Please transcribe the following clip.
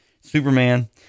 Superman